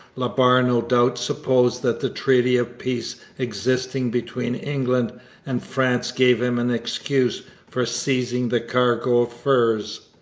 la barre no doubt supposed that the treaty of peace existing between england and france gave him an excuse for seizing the cargo of furs.